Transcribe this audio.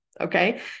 okay